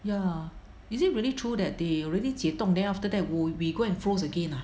ya is it really true that they really 解冻 then after that w~ we go and froze again ah